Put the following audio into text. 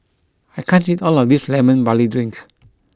I can't eat all of this Lemon Barley Drink